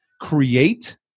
create